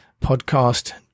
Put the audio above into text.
podcast